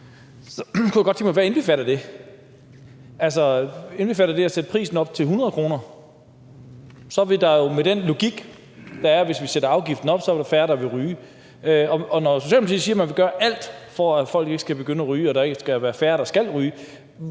Hvad indbefatter det? Altså, indbefatter det at sætte prisen op til 100 kr.? Der vil jo med den logik, hvis vi sætter afgiften op, så være færre, der vil ryge, og vil Socialdemokratiet, når man siger, at man vil gøre alt, for at folk ikke skal begynde at ryge, og at der skal være færre, der skal ryge,